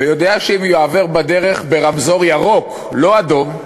ויודע שאם יעבור בדרך ברמזור ירוק, לא אדום,